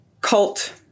cult